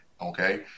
Okay